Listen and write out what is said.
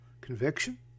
Conviction